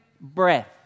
breath